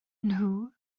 nhw